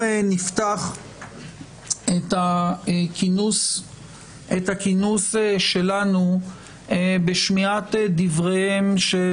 נפתח את הכינוס שלנו בשמיעת דבריהם של